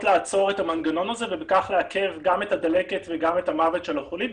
לעצור את המנגנון הזה ובכך לעכב גם את הדלקת וגם את המוות של החולים,